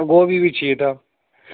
گوبھی بھی چاہیے تھا